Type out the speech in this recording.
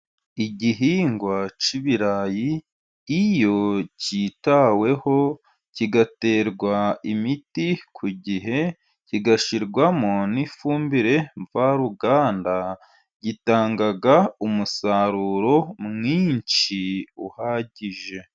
Igihingwa cy'ibirayi iyo cyitaweho kigaterwa imiti ku gihe, kigashyirwamo n'ifumbire mvaruganda gitanga umusaruro mwinshi uhagije.